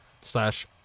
slash